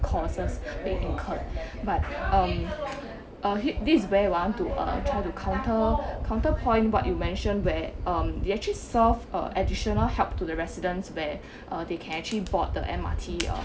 costs being incurred but um uh this is where I want to uh try to counter counterpoint what you mentioned where um they actually served uh additional help to the residents where uh they can actually board the M_R_T uh